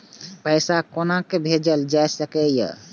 पैसा कोना भैजल जाय सके ये